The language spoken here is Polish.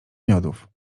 miodów